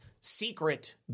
secret